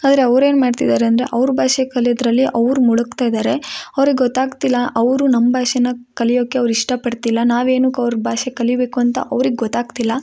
ಆದರೆ ಅವ್ರೇನು ಮಾಡ್ತಿದಾರೆಂದ್ರೆ ಅವ್ರ ಭಾಷೆ ಕಲಿಯೋದರಲ್ಲಿ ಅವ್ರು ಮುಳುಗ್ತಾಯಿದ್ದಾರೆ ಅವ್ರಿಗೆ ಗೊತಾಗ್ತಿಲ್ಲ ಅವರು ನಮ್ಮ ಭಾಷೆನ ಕಲಿಯೋಕ್ಕೆ ಅವ್ರು ಇಷ್ಟ ಪಡ್ತಿಲ್ಲ ನಾವು ಏನಕ್ಕೆ ಅವ್ರ ಭಾಷೆ ಕಲಿಬೇಕು ಅಂತ ಅವ್ರಿಗೆ ಗೊತಾಗ್ತಿಲ್ಲ